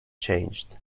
changed